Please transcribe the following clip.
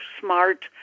smart